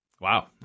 Wow